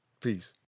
Peace